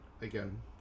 Again